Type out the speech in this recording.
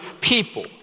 people